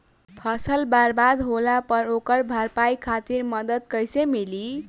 फसल बर्बाद होला पर ओकर भरपाई खातिर मदद कइसे मिली?